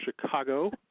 Chicago